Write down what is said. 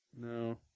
no